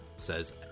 Says